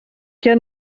que